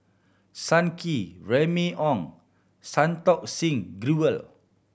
Sun Kee Remy Ong Santokh Singh Grewal